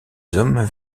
hommes